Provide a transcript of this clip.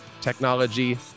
technology